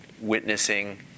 witnessing